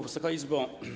Wysoka Izbo!